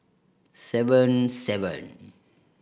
seven